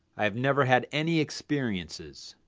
i have never had any experiences.